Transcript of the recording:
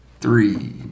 Three